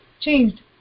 changed